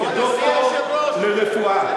דוקטור לרפואה,